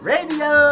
Radio